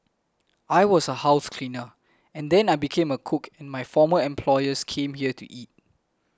I was a house cleaner and then I became a cook and my former employers came here to eat